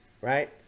right